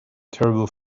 terrible